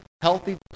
healthy